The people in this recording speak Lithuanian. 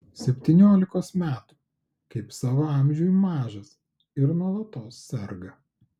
septyniolikos metų kaip savo amžiui mažas ir nuolatos serga